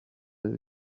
del